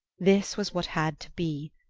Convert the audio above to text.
this was what had to be,